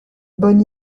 bonne